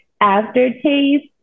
aftertaste